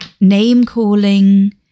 name-calling